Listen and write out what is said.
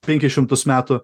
penkis šimtus metų